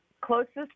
closest